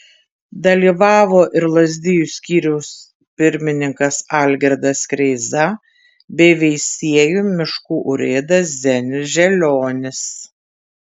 dalyvavo ir lazdijų skyriaus pirmininkas algirdas kreiza bei veisiejų miškų urėdas zenius želionis